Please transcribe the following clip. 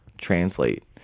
translate